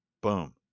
Boom